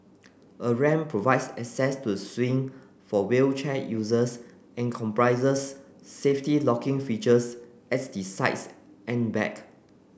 a ramp provides access to the swing for wheelchair users and comprises safety locking features at the sides and back